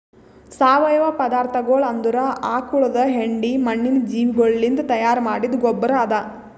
ಸಾವಯವ ಪದಾರ್ಥಗೊಳ್ ಅಂದುರ್ ಆಕುಳದ್ ಹೆಂಡಿ, ಮಣ್ಣಿನ ಜೀವಿಗೊಳಲಿಂತ್ ತೈಯಾರ್ ಮಾಡಿದ್ದ ಗೊಬ್ಬರ್ ಅದಾ